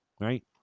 right